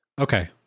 Okay